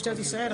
משטרת ישראל,